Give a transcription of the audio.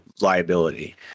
liability